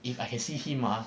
if I can see him ah